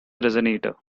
resonator